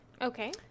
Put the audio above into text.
Okay